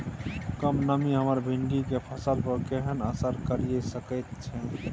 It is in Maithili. कम नमी हमर भिंडी के फसल पर केहन असर करिये सकेत छै?